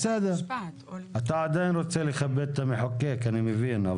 בסדר, אתה עדיין רוצה לכבד את המחוקק, אני מבין.